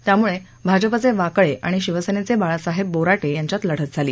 त्यामुळे भाजपचे वाकळे आणि शिवसेनेचे बाळासाहेब बोरा ियांच्यात लढत झाली